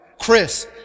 Chris